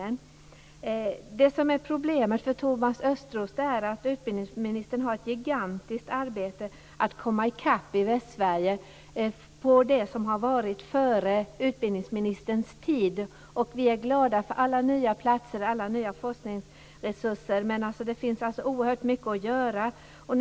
Det som är problemet för Thomas Östros är att han har ett gigantiskt arbete med att komma i kapp i Västsverige när det gäller det som hände före utbildningsministerns tid. Vi är glada för alla nya platser och för alla nya forskningsresurser, men det finns oerhört mycket kvar att göra.